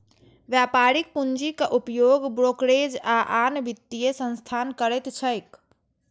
व्यापारिक पूंजीक उपयोग ब्रोकरेज आ आन वित्तीय संस्थान करैत छैक